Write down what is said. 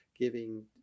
giving